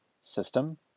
system